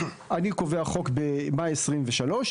אני קובע חוק במאי 2023,